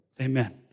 Amen